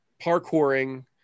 parkouring